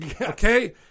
okay